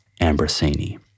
Ambrosini